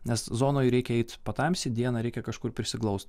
nes zonoj reikia eit patamsy dieną reikia kažkur prisiglaust